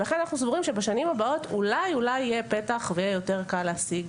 לכן אנחנו סבורים שבשנים הבאות אולי אולי יהיה פתח ויהיה יותר קל להשיג,